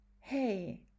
hey